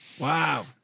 Wow